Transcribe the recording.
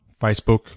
Facebook